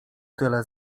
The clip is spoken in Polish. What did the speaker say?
tyle